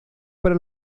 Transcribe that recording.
para